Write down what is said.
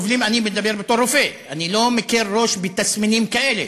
אני מדבר בתור רופא, אני לא מקל ראש בתסמינים כאלה